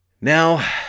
Now